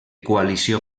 coalició